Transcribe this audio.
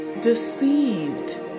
deceived